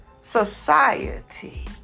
society